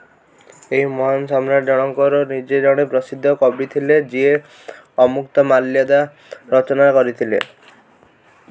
ଏହି ମହାନ ସମ୍ରାଟ ଜଣକଙ୍କର ନିଜେ ଜଣେ ପ୍ରସିଦ୍ଧ କବି ଥିଲେ ଯିଏ ଅମୁକ୍ତ ମାଲ୍ୟଦା ରଚନା କରିଥିଲେ